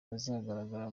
bazagaragara